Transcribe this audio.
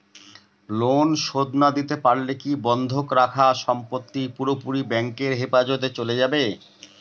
Loan শোধ না দিতে পারলে কি বন্ধক রাখা সম্পত্তি পুরোপুরি ব্যাংকের হেফাজতে চলে যাবে?